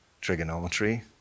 trigonometry